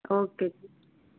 okay ਜੀ